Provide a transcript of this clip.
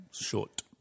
short